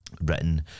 Written